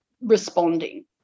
responding